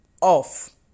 off